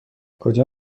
کجا